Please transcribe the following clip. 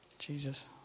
Jesus